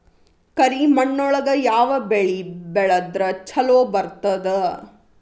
ಕರಿಮಣ್ಣೊಳಗ ಯಾವ ಬೆಳಿ ಬೆಳದ್ರ ಛಲೋ ಬರ್ತದ?